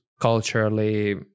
culturally